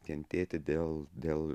kentėti dėl dėl